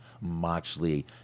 moxley